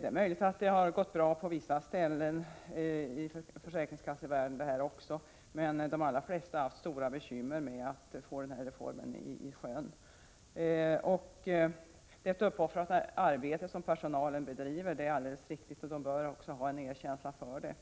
Det är möjligt att även detta har gått bra på vissa ställen inom försäkringskassevärlden, men de allra flesta har haft stora bekymmer för att klara reformen. Det är ett uppoffrande arbete som personalen bedriver, det är alldeles riktigt. Den bör också visas erkänsla för det.